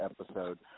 episode